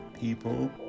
people